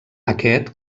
aquest